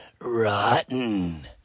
Rotten